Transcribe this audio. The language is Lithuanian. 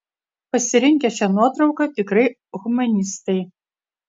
pasirinkę šią nuotrauką tikrai humanistai